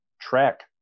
track